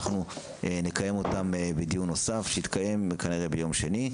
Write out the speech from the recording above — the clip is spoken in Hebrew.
אנחנו נקיים אותן בדיון נוסף שיתקיים כנראה ביום שני.